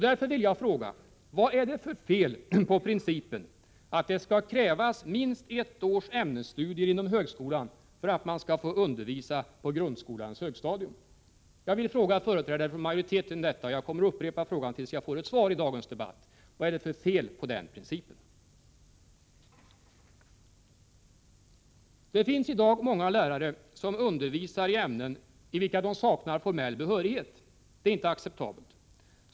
Därför vill jag fråga: Vad är det för fel på principen att det skall krävas minst ett års ämnesstudier inom högskolan för att man skall få undervisa på grundskolans högstadium? Jag ställer den frågan till företrädarna för majoriteten. Jag kommer att upprepa frågan i dagens debatt till dess att jag får ett svar. Det finns i dag många lärare som undervisar i ämnen, i vilka de saknar formell behörighet. Det är inte acceptabelt.